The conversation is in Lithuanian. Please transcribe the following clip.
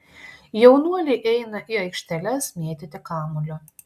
jaunuoliai eina į aikšteles mėtyti kamuolio